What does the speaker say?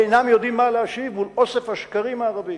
הם אינם יודעים מה להשיב מול אוסף השקרים הערבי,